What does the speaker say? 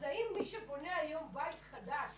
אז האם מי שבונה היום בית חדש